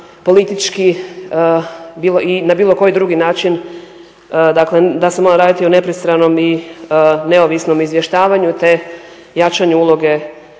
politički i na bilo koji drugi način, dakle da se mora raditi o nepristranom i neovisnom izvještavanju, te jačanju uloge